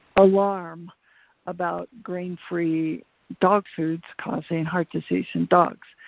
alarm about grain free dog foods causing heart disease in dogs,